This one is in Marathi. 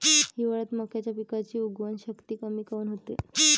हिवाळ्यात मक्याच्या पिकाची उगवन शक्ती कमी काऊन होते?